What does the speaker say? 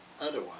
otherwise